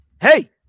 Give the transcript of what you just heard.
Hey